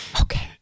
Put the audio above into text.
okay